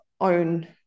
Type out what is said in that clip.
own